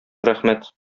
рәхмәт